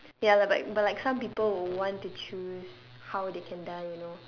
ya like but but like some people would want to choose how they can die you know